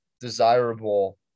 desirable –